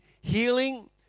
healing